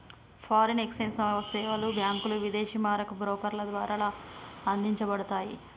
foreign exchange సేవలు బ్యాంకులు, విదేశీ మారకపు బ్రోకర్ల ద్వారా అందించబడతయ్